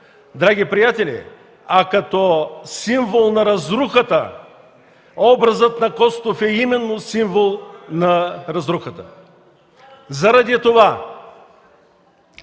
драги приятели, а като символ на разрухата. Образът на Костов е именно символ на разрухата. (Реплика